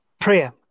Prayer